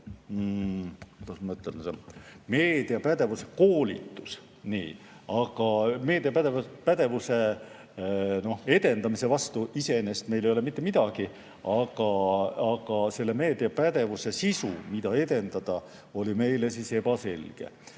meediapädevuse [edendamine]. Meediapädevuse edendamise vastu iseenesest meil ei ole mitte midagi, aga selle meediapädevuse sisu, mida edendada, oli meile ebaselge.